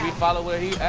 follow where he's